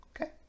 okay